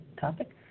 topic